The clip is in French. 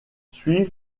suivent